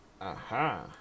Aha